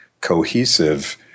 cohesive